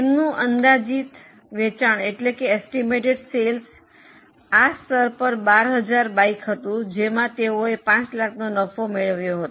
તેમનું અંદાજી વેચાણ આ સ્તર પર 12000 બાઇક હતું જેમાં તેઓએ 5 લાખનો નફા મેળવ્યો હતો